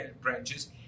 branches